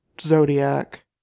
Zodiac